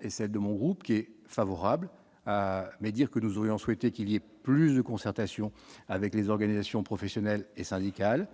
et celle de mon groupe qui est favorable, mais dire que nous aurions souhaité qu'il y ait plus de concertation avec les organisations professionnelles et syndicales